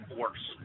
worse